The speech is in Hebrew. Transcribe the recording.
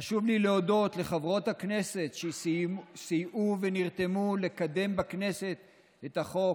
חשוב לי להודות לחברות הכנסת שסייעו ונרתמו לקדם בכנסת את החוק,